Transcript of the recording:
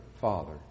Father